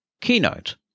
Keynote